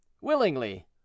Willingly